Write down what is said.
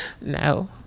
No